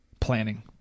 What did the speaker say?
planning